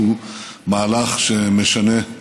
והוא מהלך שמשנה את